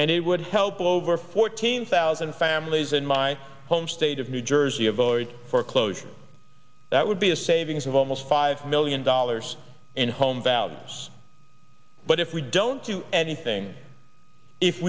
and it would help all over fourteen thousand families in my homes ative new jersey avoid foreclosure that would be a savings of almost five million dollars in home values but if we don't do anything if